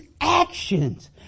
actions